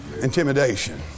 Intimidation